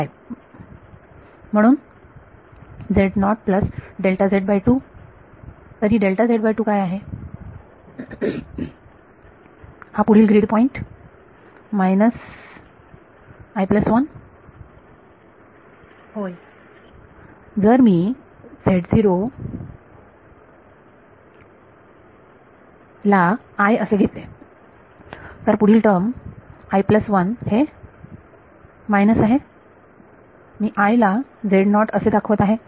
म्हणून तर ही काय आहे हा पुढील ग्रीड पॉईंट विद्यार्थी होय जर मी ला असे घेतले तर पुढील टर्म हे मायनस आहे मी ला असे दाखवत आहे